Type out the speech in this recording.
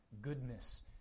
goodness